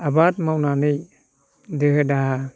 आबाद मावनानै दोहो दाहा